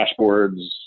dashboards